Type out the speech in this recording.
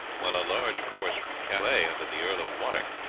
while a large force from calais, under the earl of warwick,